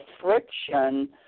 friction